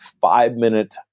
five-minute